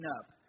up